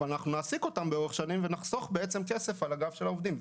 אבל האוניברסיטה מעסיקה אותם לאורך שנים וחוסכת כסף על הגב של העובדים.